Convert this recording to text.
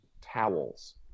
towels